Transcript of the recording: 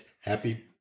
Happy